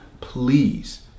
Please